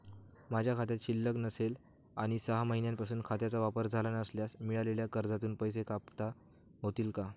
माझ्या खात्यात शिल्लक नसेल आणि सहा महिन्यांपासून खात्याचा वापर झाला नसल्यास मिळालेल्या कर्जातून पैसे कपात होतील का?